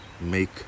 Make